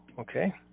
okay